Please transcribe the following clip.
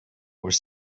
were